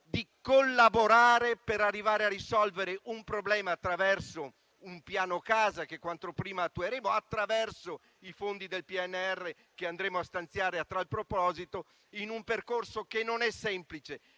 di collaborare per arrivare a risolvere un problema attraverso un piano casa che quanto prima attueremo, attraverso i fondi del PNRR che andremo a stanziare a tal proposito, in un percorso che non è semplice,